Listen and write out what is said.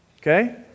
Okay